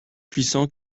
puissant